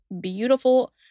beautiful